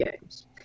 games